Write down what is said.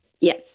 Yes